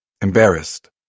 embarrassed